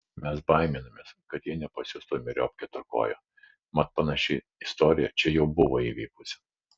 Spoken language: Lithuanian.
mes baiminamės kad jie nepasiųstų myriop keturkojo mat panaši istorija čia jau buvo įvykusi